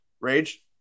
Rage